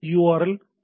L மற்றும் H